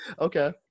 Okay